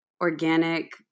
organic